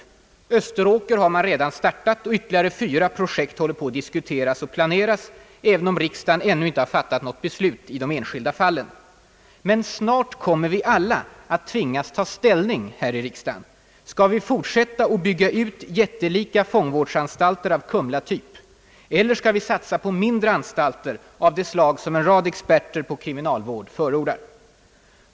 Arbetet med Österåkers fångvårdsanstalt är redan påbörjat och ytterligare fyra projekt håller på att diskuteras och planeras, även om riksdagen inte fattat något beslut i de enskilda fallen. Snart kommer vi emellertid alla här i riksdagen att tvingas ta ställning till om vi skall fortsätta att bygga ut jättelika fångvårdsanstalter av kumlatyp eller om vi skall satsa på mindre anstalter av den typ, som en rad experter på kriminalvård förordar.